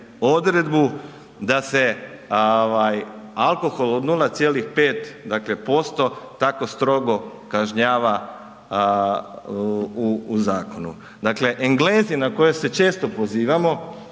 odredbu da se alkohol od 0,5% tako strogo kažnjava u zakonu. Dakle Englezi na koje se često pozivamo,